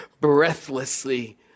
breathlessly